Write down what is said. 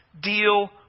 deal